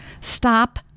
stop